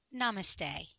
Namaste